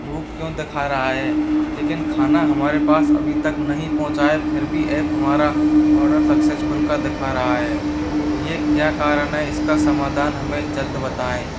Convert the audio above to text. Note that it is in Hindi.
रूप क्यों दिखा रहा हैं लेकिन खाना हमारे पास अभी तक नहीं पहुँचा है फिर भी ऐप हमारा ऑर्डर सक्सेसफुल कर दिखा रहा है ये क्या कारण है इसका समाधान हमें जल्द बताएं